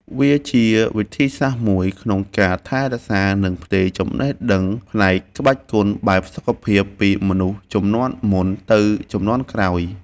វាជាវិធីសាស្ត្រមួយក្នុងការថែរក្សា និងផ្ទេរចំណេះដឹងផ្នែកក្បាច់គុណបែបសុខភាពពីមនុស្សជំនាន់មុនទៅជំនាន់ក្រោយ។